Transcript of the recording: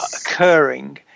occurring